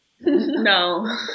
No